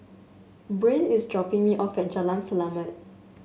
Brynn is dropping me off at Jalan Selamat